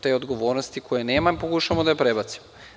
Te odgovornosti koje nemamo, pokušavamo da je prebacimo.